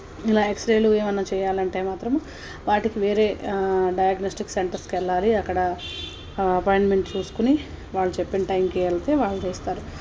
ఇలా ఎక్స్రేలు ఏవైనా చేయాలి అంటే మాత్రము వాటికి వేరే డయాగ్నస్టిక్ సెంటర్స్కి వెళ్ళాలి అక్కడ అపాయింట్మెంట్ చూసుకొని వాళ్ళు చెప్పిన టైంకి వెళితే వాళ్ళు తీస్తారు